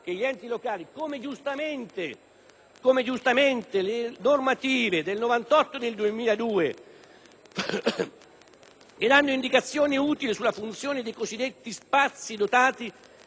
come giustamente previsto dalle normative del 1998 e del 2002, che danno indicazioni utili sulla funzione dei cosiddetti spazi dotati di strumenti appositamente dedicati,